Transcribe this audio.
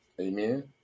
Amen